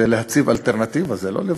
זה להציב אלטרנטיבה, זה לא לברוח.